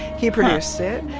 he produced it.